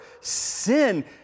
sin